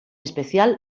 especial